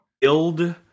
Build